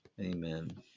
Amen